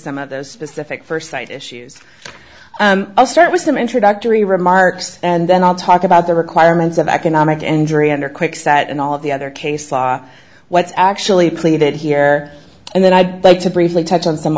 some of those specific first sight issues i'll start with some introductory remarks and then i'll talk about the requirements of economic andrea under quick sat and all of the other case law what's actually pleaded here and then i'd like to briefly touch on some